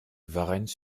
varennes